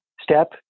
Step